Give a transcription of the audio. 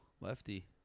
Lefty